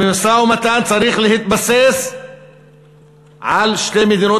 המשא-ומתן צריך להתבסס על שתי מדינות